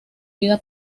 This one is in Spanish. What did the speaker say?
vida